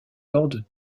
hordes